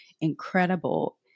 incredible